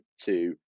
two